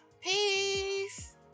Peace